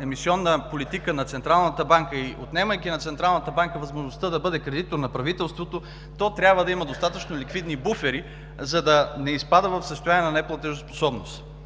емисионна политика на Централната банка, и отнемайки на Централната банка възможността да бъде кредитор на правителството, то трябва да има достатъчно ликвидни буфери, за да не изпада в състояние на неплатежоспособност.